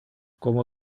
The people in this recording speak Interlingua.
como